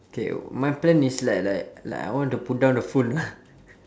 K my plan is like like like I want to put down the phone